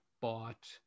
bought